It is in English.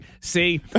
See